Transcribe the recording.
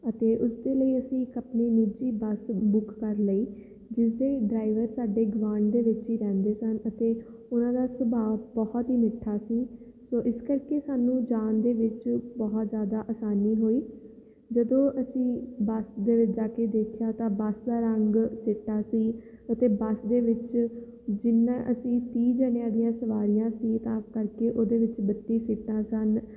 ਅਤੇ ਉਸਦੇ ਲਈ ਅਸੀਂ ਇੱਕ ਆਪਣੇ ਨਿੱਜੀ ਬੱਸ ਬੁੱਕ ਕਰ ਲਈ ਜਿਸਦੇ ਡਰਾਈਵਰ ਸਾਡੇ ਗਵਾਂਢ ਦੇ ਵਿੱਚ ਹੀ ਰਹਿੰਦੇ ਸਨ ਅਤੇ ਉਹਨਾਂ ਦਾ ਸੁਭਾਅ ਬਹੁਤ ਹੀ ਮਿੱਠਾ ਸੀ ਸੋ ਇਸ ਕਰਕੇ ਸਾਨੂੰ ਜਾਣ ਦੇ ਵਿੱਚ ਬਹੁਤ ਜ਼ਿਆਦਾ ਆਸਾਨੀ ਹੋਈ ਜਦੋਂ ਅਸੀਂ ਬੱਸ ਦੇ ਵਿੱਚ ਜਾ ਕੇ ਦੇਖਿਆ ਤਾਂ ਬੱਸ ਦਾ ਰੰਗ ਚਿੱਟਾ ਸੀ ਅਤੇ ਬੱਸ ਦੇ ਵਿੱਚ ਜਿੰਨਾਂ ਅਸੀਂ ਤੀਹ ਜਣਿਆਂ ਦੀਆਂ ਸਵਾਰੀਆਂ ਸੀ ਤਾਂ ਕਰਕੇ ਉਹਦੇ ਵਿੱਚ ਬੱਤੀ ਸੀਟਾਂ ਸਨ